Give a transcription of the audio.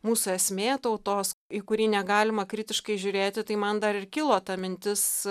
mūsų esmė tautos į kurį negalima kritiškai žiūrėti tai man dar ir kilo mintis